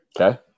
Okay